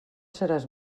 seràs